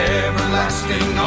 everlasting